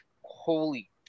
Holy